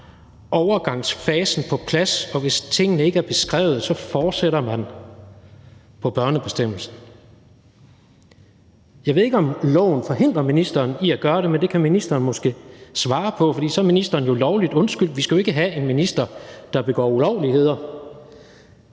overgangsfasen på plads, og hvis tingene ikke er beskrevet, så fortsætter man på børnebestemmelserne. Jeg ved ikke, om loven forhindrer ministeren i at gøre det, men det kan ministeren måske svare på, for så er ministeren jo lovligt undskyldt. Vi skal jo ikke have en minister, der begår ulovligheder.